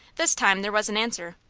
this time there was an answer.